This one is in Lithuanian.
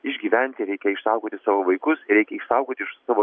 išgyventi reikia išsaugoti savo vaikus reikia išsaugoti iš savo